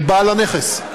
אל בעל הנכס,